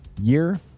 year